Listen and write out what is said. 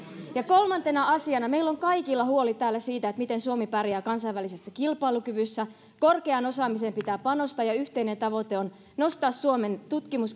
kolmantena asiana meillä on kaikilla huoli täällä siitä miten suomi pärjää kansainvälisessä kilpailukyvyssä korkeaan osaamiseen pitää panostaa ja yhteinen tavoite on nostaa suomen tutkimus